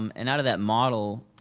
um and out of that model,